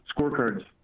scorecards